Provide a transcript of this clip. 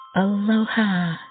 Aloha